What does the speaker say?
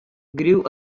grew